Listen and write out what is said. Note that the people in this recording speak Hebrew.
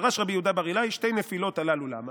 "דרש רבי יהודה בר אלעאי שתי נפילות הללו למה",